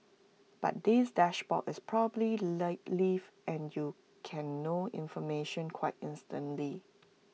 but this dashboard is probably live and you can know information quite instantly